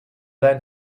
then